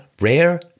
rare